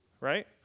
Right